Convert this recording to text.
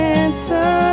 answer